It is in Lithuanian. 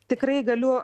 tikrai galiu